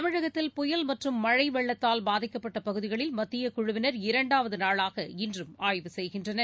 தமிழகத்தில் புயல் மற்றும் மழைவெள்ளத்தால் பாதிக்கப்பட்டபகுதிகளில் மத்தியக் குழுவினர் இரண்டாவதுநாளாக இன்றும் ஆய்வு செய்கின்றனர்